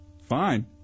Fine